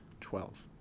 Twelve